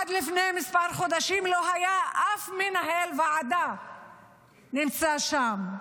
ועד לפני כמה חודשים לא היה אף מנהל ועדה שנמצא שם.